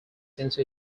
since